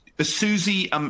Susie